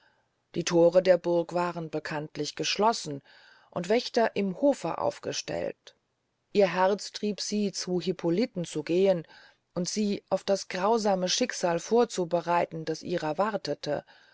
die thore der burg waren bekanntlich geschlossen und wächter im hofe ausgestellt ihr herz trieb sie zu hippoliten zu gehen und sie auf das grausame schicksal vorzubereiten das ihrer wartete